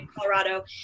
Colorado